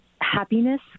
happiness